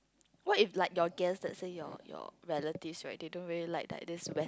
what if like your guest let's say your your relative right they don't really like like this west